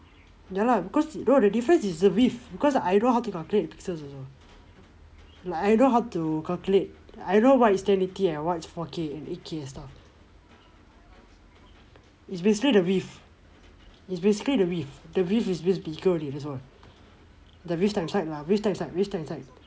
ya lah because no the difference is the width because I know how to calculate like I know how to calculate I know what is ten eighty and what is four K and stuff it's basically the width it's basically the width the width is just bigger only that's all the width times side lah width times side width times side